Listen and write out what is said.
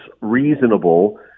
reasonable